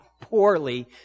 poorly